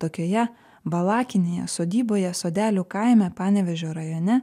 tokioje valakinėje sodyboje sodelių kaime panevėžio rajone